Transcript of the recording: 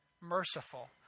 merciful